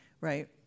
right